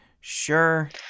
sure